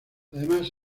además